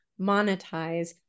monetize